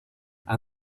and